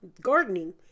gardening